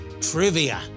trivia